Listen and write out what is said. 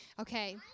Okay